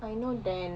I know dan